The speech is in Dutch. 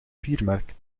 biermerk